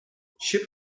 ship